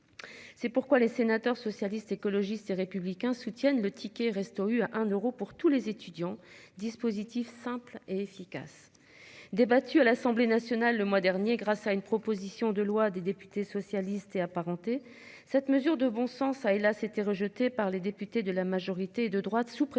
C'est pourquoi les sénateurs socialistes, écologistes et républicains soutiennent le ticket resto U à un euro pour tous les étudiants dispositif simple et efficace. Débattu à l'Assemblée nationale le mois dernier grâce à une proposition de loi des députés socialistes et apparentés. Cette mesure de bon sens a hélas été rejetée par les députés de la majorité de droite sous prétexte